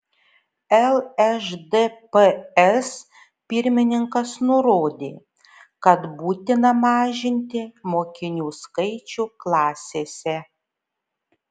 lšdps pirmininkas nurodė kad būtina mažinti mokinių skaičių klasėse